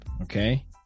okay